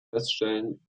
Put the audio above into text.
feststellen